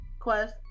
Quest